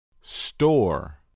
store